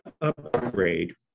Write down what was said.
upgrade